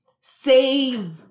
save